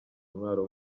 intwaro